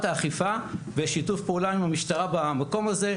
האכיפה ושיתוף פעולה עם המשטרה במקום הזה.